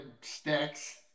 sticks